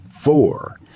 Four